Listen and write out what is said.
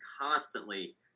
constantly –